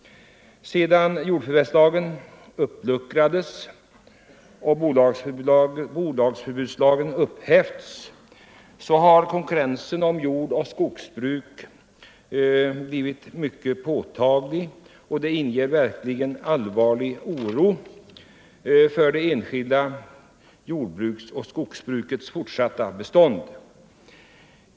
Sedan jordförvärvslagen uppluckrats och bolagsförbudslagen upphävts har konkurrensen inom jordoch skogsbruk blivit mycket påtaglig och inger verkligen allvarlig oro för det enskilda jordoch skogsbrukets fortsatta bestånd.